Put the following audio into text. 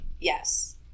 Yes